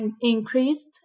increased